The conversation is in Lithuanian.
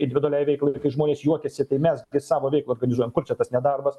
individualiai veiklai kai žmonės juokiasi tai mes gi savo veiklą organizuojam kur čia tas nedarbas